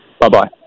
Bye-bye